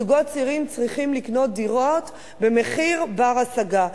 זוגות צעירים צריכים לקנות דירות במחיר בר-השגה.